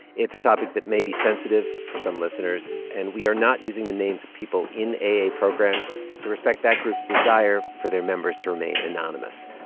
it's a topic that may be sensitive for some listeners. and we are not using the names of people in aa programs to respect that group's desire for their members to remain anonymous